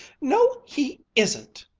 no, he isn't!